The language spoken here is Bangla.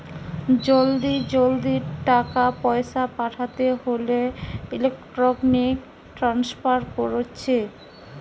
জলদি জলদি টাকা পয়সা পাঠাতে হোলে ইলেক্ট্রনিক ট্রান্সফার কোরছে